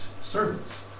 servants